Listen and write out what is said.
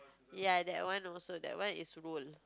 ya that one also that one is roll